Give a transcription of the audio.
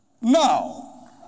Now